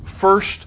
first